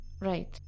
right